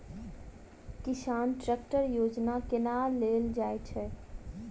किसान ट्रैकटर योजना केना लेल जाय छै?